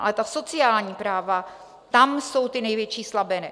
Ale sociální práva, tam jsou ty největší slabiny.